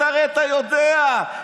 אתה הרי יודע,